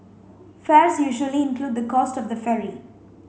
fares usually include the cost of the ferry